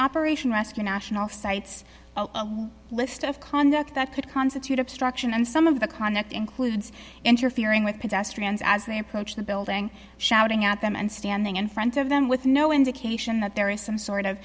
operation rescue national sites list of conduct that could constitute obstruction and some of the conduct includes interfering with pedestrians as they approach the building shouting at them and standing in front of them with no indication that there is some sort of